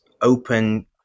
open